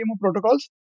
protocols